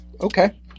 Okay